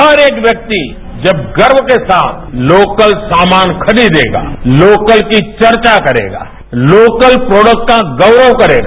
हर एक व्यक्ति जब गर्व के साथ लोकल सामान खरीदेगा लोकल की वर्चा करेगा लोकल प्रोडक्ट का गौरव करेगा